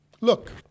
Look